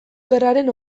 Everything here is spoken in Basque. gerraren